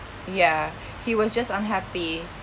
ya he was just unhappy